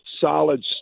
solid